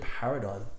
paradigm